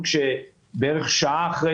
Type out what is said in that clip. בערך שעה אחרי